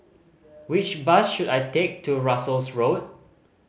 which bus should I take to Russels Road